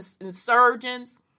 insurgents